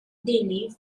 delhi